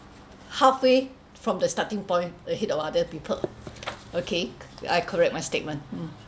halfway from the starting point ahead of other people okay I correct my statement mm